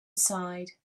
side